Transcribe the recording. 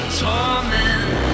torment